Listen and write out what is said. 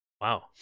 Wow